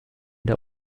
der